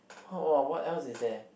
!woah! what else is that